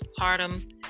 postpartum